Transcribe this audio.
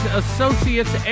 associates